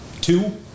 Two